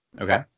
Okay